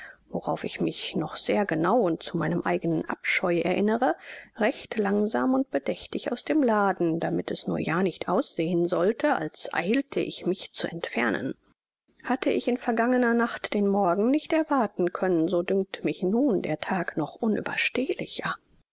worauf ich mich noch sehr genau und zu meinem eigenen abscheu erinnere recht langsam und bedächtig aus dem laden damit es nur ja nicht aussehen sollte als eilte ich mich zu entfernen hatte ich in vergangener nacht den morgen nicht erwarten können so dünkte mich nun der tag noch unüberstehlicher